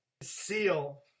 seal